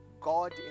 God